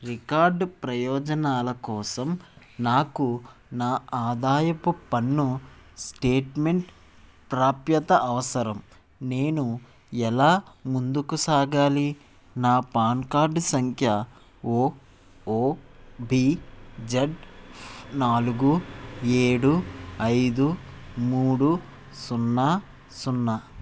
record ప్రయోజనాల కోసం నాకు నా ఆదాయపు పన్నుస్టేట్మెంట్ ప్రాప్యత అవసరం నేను ఎలా ముందుకు సాగాలి నా పాన్ కార్డ్ సంఖ్య ఓఓబిజెడ్ నాలుగు ఏడు ఐదు మూడు సున్నా సున్నా